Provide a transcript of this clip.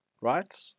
right